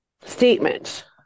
statement